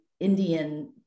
Indian